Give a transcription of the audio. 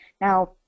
Now